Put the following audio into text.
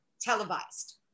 televised